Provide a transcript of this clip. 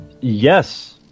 yes